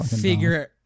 figure